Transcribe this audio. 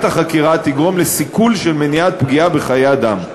החקירה תגרום לסיכול של מניעת פגיעה בחיי אדם.